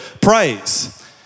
praise